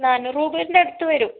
നാനൂറ് രൂപേൻ്റെ അടുത്ത് വരും